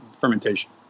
fermentation